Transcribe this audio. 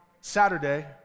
Saturday